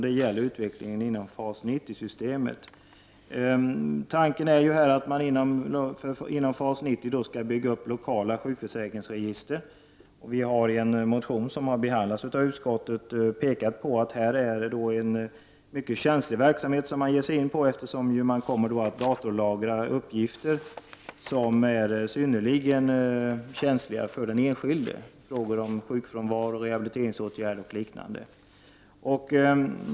Det gäller utvecklingen inom FAS 90-systemet. Tanken är att man inom FAS 90 skall bygga upp lokala sjukförsäkringsregister. Vi har i en motion som har behandlats av utskottet påpekat att det är en mycket känslig verksamhet som man ger sig in på, eftersom man kommer att datorlagra uppgifter som är synnerligen känsliga för den enskilde, frågor om sjukfrånvaro, rehabiliteringsåtgärder och liknande.